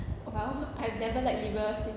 um I've never like liver since